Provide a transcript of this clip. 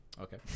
okay